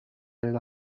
della